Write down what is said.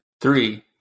Three